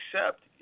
accept